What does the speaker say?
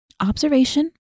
observation